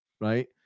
right